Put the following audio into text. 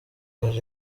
hari